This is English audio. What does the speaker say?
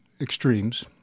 extremes